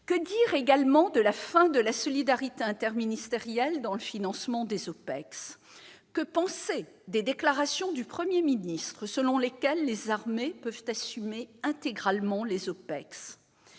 Que dire également de la fin de la solidarité interministérielle dans le financement des OPEX ? Que penser des déclarations du Premier ministre, selon lesquelles les armées peuvent assumer intégralement les OPEX ?